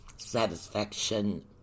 satisfaction